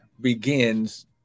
begins